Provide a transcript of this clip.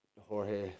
Jorge